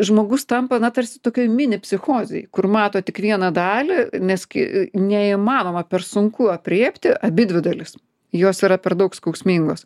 žmogus tampa na tarsi tokioj mini psichozėj kur mato tik vieną dalį nes kai neįmanoma per sunku aprėpti abidvi dalis jos yra per daug skausmingos